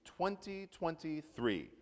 2023